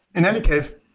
in any case,